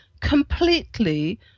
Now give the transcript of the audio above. completely